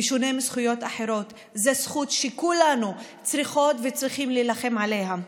בשונה מזכויות אחרות זו זכות שכולנו צריכות וצריכים להילחם עליה,